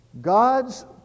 God's